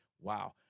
Wow